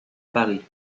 paris